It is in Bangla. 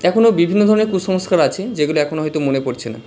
এখনো বিভিন্ন ধরনের কুসংস্কার আছে যেগুলো এখন হয়তো মনে পড়ছে না